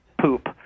poop